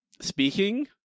Speaking